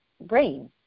brain